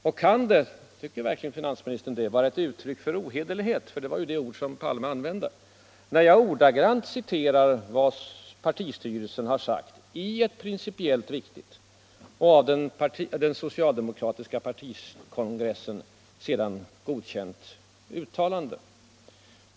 Och tycker verkligen finansministern att det kan vara ett uttryck för ohederlighet — det var ju det ordet som herr Palme använde — när jag ordagrant citerar vad partistyrelsen har sagt i ett principiellt viktigt och av den socialdemokratiska partikongressen sedan godkänt uttalande?